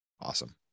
awesome